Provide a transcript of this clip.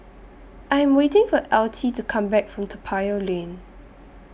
I Am waiting For Altie to Come Back from Toa Payoh Lane